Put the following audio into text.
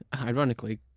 ironically